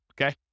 okay